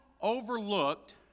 overlooked